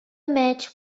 match